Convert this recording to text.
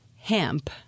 hemp